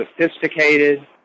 sophisticated